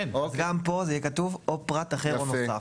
גם פה זה יהיה כתוב "פרט אחר או נוסף".